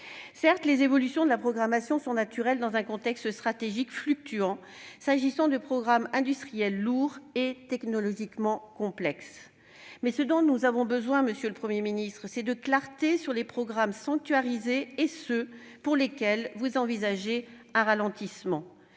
Certes, les évolutions de la programmation sont naturelles dans un contexte stratégique fluctuant, s'agissant de programmes industriels lourds et technologiquement complexes. Mais nous avons besoin de clarté, monsieur le Premier ministre, sur les programmes sanctuarisés et sur ceux pour lesquels vous envisagez un ralentissement.